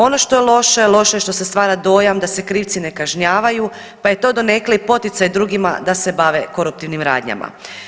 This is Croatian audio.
Ono što je loše, loše je što se stvara dojam da se krivci ne kažnjavaju pa je to donekle i poticaj drugima da se bave koruptivnim radnjama.